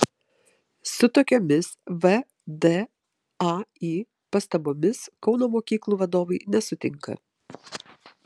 su tokiomis vdai pastabomis kauno mokyklų vadovai nesutinka